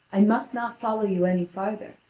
i must not follow you any farther,